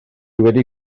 wedi